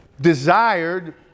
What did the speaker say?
desired